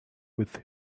with